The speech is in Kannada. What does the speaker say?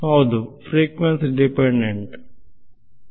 ಫ್ರಿಕ್ವೆನ್ಸಿ ಅವಲಂಬಿತ ಸರಿ